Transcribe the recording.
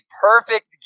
perfect